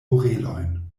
orelojn